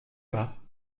bas